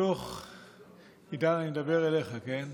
בתוך, עידן, אני מדבר אליך, כן.